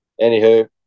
anywho